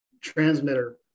transmitter